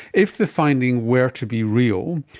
if the finding were to be real,